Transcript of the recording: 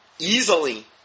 easily